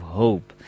hope